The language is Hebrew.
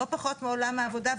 לא פחות מעולם העבודה.